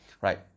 right